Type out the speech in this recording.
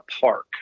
park